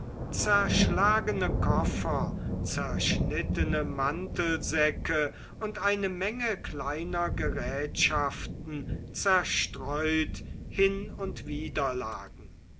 zerschlagene koffer zerschnittene mantelsäcke und eine menge kleiner gerätschaften zerstreut hin und wieder lagen